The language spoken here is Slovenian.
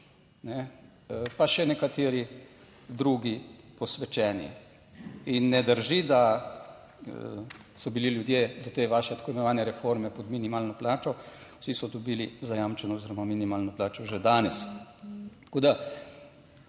pa še nekateri drugi posvečeni. Ne drži, da so bili ljudje do te vaše tako imenovane reforme pod minimalno plačo, vsi so dobili zajamčeno oziroma minimalno plačo že danes. Tako da